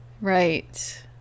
Right